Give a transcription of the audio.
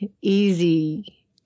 easy